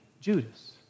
Judas